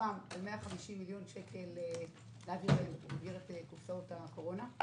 סוכם להעביר 150 מיליון שקל במסגרת קופסאות הקורונה.